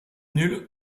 nulle